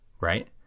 Right